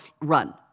run